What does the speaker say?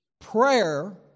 Prayer